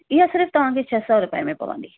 इहा सिर्फ़ु तव्हांखे छह सौ रुपए में पवंदी